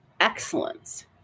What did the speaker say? Excellence